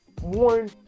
one